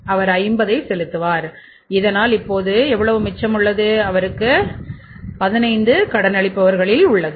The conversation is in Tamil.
அவர் 50 செலுத்துவார் அதனால் இப்போது எவ்வளவு மிச்சம் உள்ளது அவருக்கு 15 கடனளிப்பவர்கள் உள்ளனர்